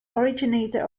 originator